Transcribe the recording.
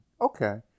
Okay